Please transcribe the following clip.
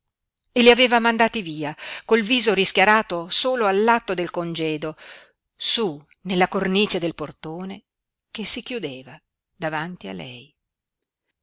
e li aveva mandati via col viso rischiarato solo all'atto del congedo su nella cornice del portone che si chiudeva davanti a lei